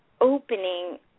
opening